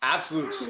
Absolute